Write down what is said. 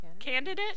Candidate